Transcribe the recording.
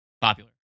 popular